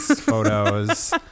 photos